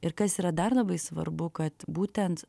ir kas yra dar labai svarbu kad būtent